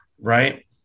right